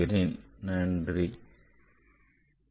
Thank you for your attention